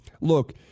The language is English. look